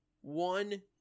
one